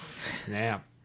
snap